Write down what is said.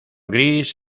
gris